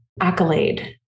accolade